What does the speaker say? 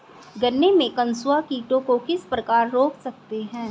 गन्ने में कंसुआ कीटों को किस प्रकार रोक सकते हैं?